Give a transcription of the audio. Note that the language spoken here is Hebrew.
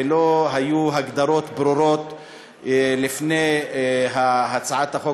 ולא היו הגדרות ברורות לפני הצעת החוק